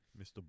Mr